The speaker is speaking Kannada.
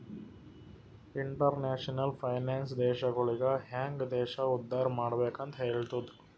ಇಂಟರ್ನ್ಯಾಷನಲ್ ಫೈನಾನ್ಸ್ ದೇಶಗೊಳಿಗ ಹ್ಯಾಂಗ್ ದೇಶ ಉದ್ದಾರ್ ಮಾಡ್ಬೆಕ್ ಅಂತ್ ಹೆಲ್ತುದ